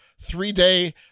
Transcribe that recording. three-day